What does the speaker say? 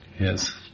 Yes